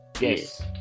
Yes